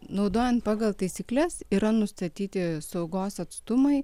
naudojant pagal taisykles yra nustatyti saugos atstumai